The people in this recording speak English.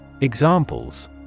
Examples